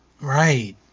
Right